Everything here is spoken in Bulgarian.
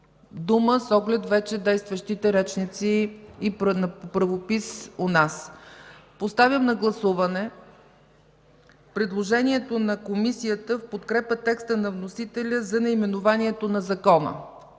дума с оглед вече действащите речници и правопис у нас. Поставям на гласуваме предложението на Комисията в подкрепа текста на вносителя за наименованието на Закона.